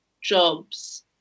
jobs